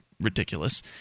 Ridiculous